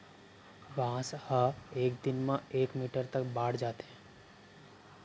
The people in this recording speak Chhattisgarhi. बांस ह एके दिन म एक मीटर तक बाड़ जाथे